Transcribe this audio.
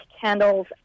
candles